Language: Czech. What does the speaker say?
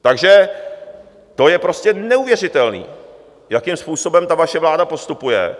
Takže to je prostě neuvěřitelné, jakým způsobem ta vaše vláda postupuje.